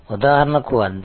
ఉదాహరణకు అద్దె